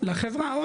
לחברה.